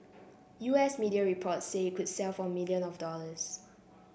U S media reports say it could sell for million of dollars